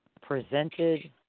presented